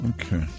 Okay